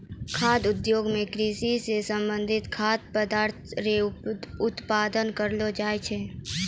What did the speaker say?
खाद्य उद्योग मे कृषि से संबंधित खाद्य पदार्थ रो उत्पादन करलो जाय छै